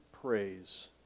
praise